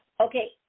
okay